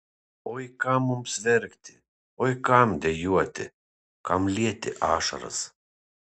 oi kam mums verkti oi kam dejuoti kam lieti ašaras